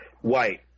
white